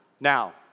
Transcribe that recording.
Now